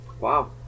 Wow